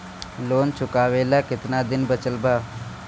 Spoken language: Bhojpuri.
लोन चुकावे ला कितना दिन बचल बा?